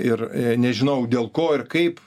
ir nežinau dėl ko ir kaip